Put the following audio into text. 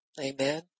Amen